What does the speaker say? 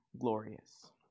glorious